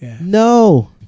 No